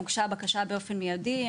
הוגשה בקשה באופן מיידי,